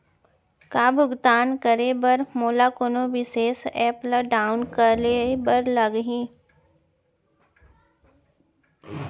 का भुगतान करे बर मोला कोनो विशेष एप ला डाऊनलोड करे बर लागही